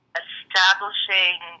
establishing